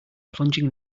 plunging